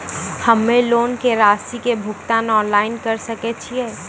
हम्मे लोन के रासि के भुगतान ऑनलाइन करे सकय छियै?